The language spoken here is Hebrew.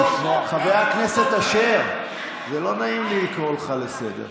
חבר הכנסת אשר, זה לא נעים לי לקרוא לך לסדר.